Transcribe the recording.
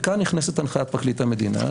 וכאן נכנסת הנחיית פרקליט המדינה,